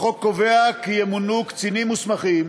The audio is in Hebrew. החוק קובע כי ימונו קצינים מוסמכים